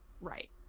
right